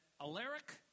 Alaric